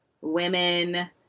women